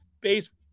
base